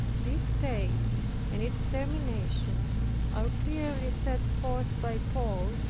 this state and its termination are clearly set forth by paul.